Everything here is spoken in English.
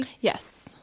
Yes